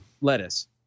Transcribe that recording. lettuce